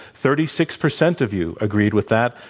thirty six percent of you agreed with that.